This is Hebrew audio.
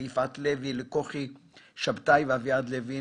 ליפעת לוי, לכוכי שבתאי ולאביעד לוין.